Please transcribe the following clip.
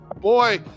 boy